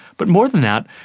but more than that,